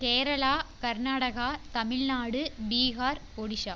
Kerala Karnataka Tamil Nadu Bihar Orissa